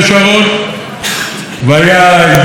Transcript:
והיה י"ש, של שינוי,